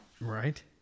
Right